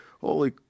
holy